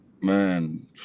Man